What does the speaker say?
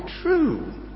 true